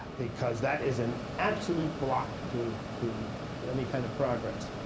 because that is an absolute block to to any kind of progress.